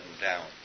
down